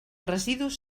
residus